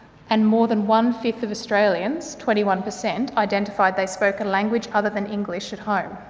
and more than one fifth of australians, twenty one per cent, identified they spoke a language other than english at home.